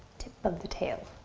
tip of the tail.